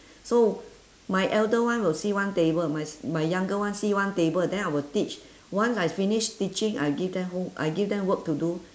so my elder one will see one table my s~ my younger one see one table then I will teach once I finish teaching I give them home~ I give them work to do